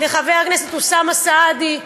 לחבר הכנסת אוסאמה סעדי,